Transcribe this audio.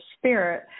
spirit